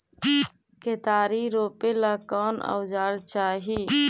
केतारी रोपेला कौन औजर चाही?